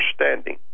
understanding